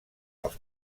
als